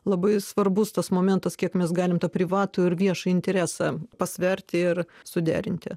labai svarbus tas momentas kiek mes galim tą privatų ir viešą interesą pasverti ir suderinti